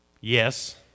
Yes